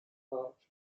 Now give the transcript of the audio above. arch